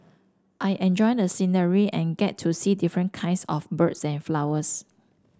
I enjoy the scenery and get to see different kinds of birds and flowers